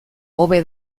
hobe